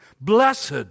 Blessed